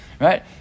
right